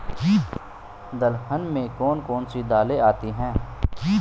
दलहन में कौन कौन सी दालें आती हैं?